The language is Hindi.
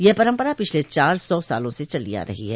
यह परम्परा पिछले चार सौ सालो से चली आ रही है